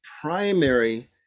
primary